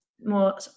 more